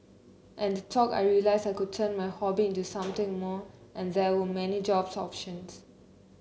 at the talk I realised I could turn my hobby into something more and there were many job options